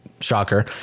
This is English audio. Shocker